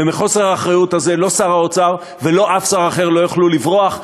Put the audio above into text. ומחוסר האחריות הזה לא שר האוצר ולא אף שר אחר לא יוכלו לברוח.